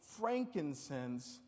frankincense